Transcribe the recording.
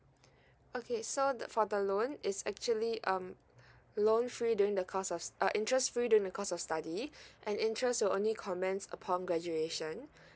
okay so the for the loan is actually um loan free during the course of stud~ uh interest free during the course of study and interest will only commence upon graduation